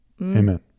Amen